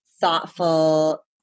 thoughtful